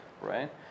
right